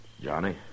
Johnny